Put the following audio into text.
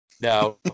Now